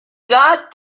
god